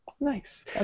Nice